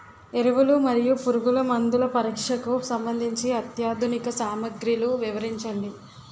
ఎరువులు మరియు పురుగుమందుల పరీక్షకు సంబంధించి అత్యాధునిక సామగ్రిలు వివరించండి?